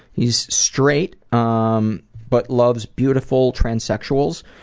he's straight um but loves beautiful transsexuals.